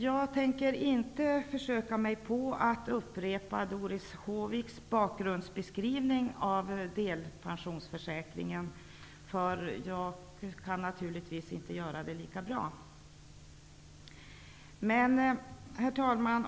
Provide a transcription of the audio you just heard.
Jag tänker inte försöka mig på att upprepa Doris Håviks bakgrundsbeskrivning av delpensionsförsäkringen, för det kan jag naturligtvis inte göra lika bra som hon. Herr talman!